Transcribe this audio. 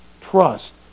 trust